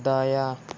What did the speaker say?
دایاں